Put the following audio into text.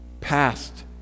past